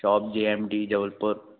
shop J M D Jabalpur